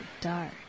dark